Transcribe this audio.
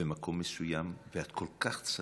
במקום מסוים, ואת כל כך צדקת,